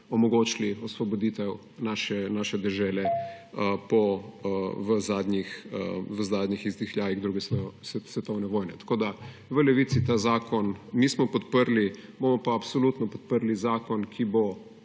omogočili osvoboditev naše dežele v zadnjih izdihljajih 2. svetovne vojne. V Levici tega zakona nismo podprli. Bomo pa absolutno podprli zakon, ki bo